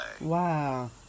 Wow